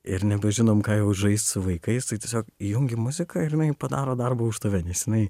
ir nebežinom ką jau žaist su vaikais tai tiesiog įjungi muziką ir jinai padaro darbą už tave nes jinai